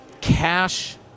Cash